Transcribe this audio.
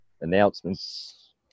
announcements